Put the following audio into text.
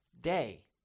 day